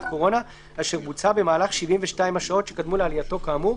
קורונה אשר בוצעה במהלך 72 השעות שקדמו לעלייתו כאמור,